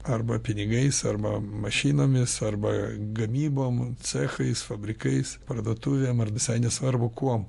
arba pinigais arba mašinomis arba gamybom cechais fabrikais parduotuvėm ar visai nesvarbu kuom